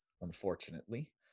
unfortunately